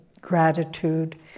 gratitude